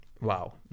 wow